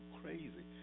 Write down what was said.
crazy